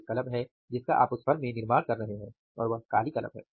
एक कलम है जिसका आप उस फर्म में निर्माण कर रहे हैं और वह काली कलम है